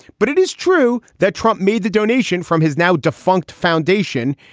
but it is true that trump made the donation from his now defunct foundation,